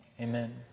Amen